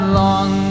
long